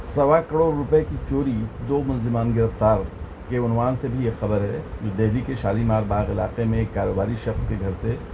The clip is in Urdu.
سوا کڑو روپئے کی چوری دو ملزمان گرفتار کے عنوان سے بھی ایک خبر ہے جو دہلی کے شالی مار باغ علاقے میں ایک کاروباری شخص کے گھر سے